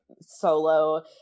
solo